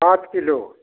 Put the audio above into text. आठ किलो